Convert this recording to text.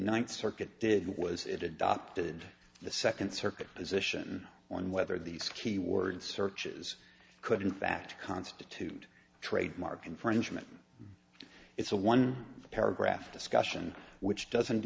ninth circuit did was it adopted the second circuit position on whether these keyword searches could in fact constitute trademark infringement it's a one paragraph discussion which doesn't